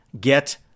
Get